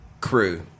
crew